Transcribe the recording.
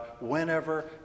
whenever